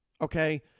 okay